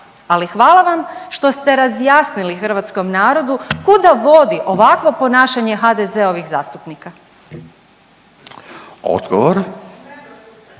Ali hvala vam što ste razjasnili hrvatskom narodu kuda vodi ovakvo ponašanje HDZ-ovih zastupnika. **Radin,